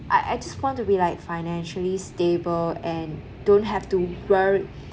I I just want to be like financially stable and don't have to worry